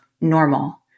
normal